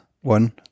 one